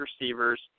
receivers